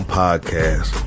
podcast